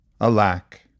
alack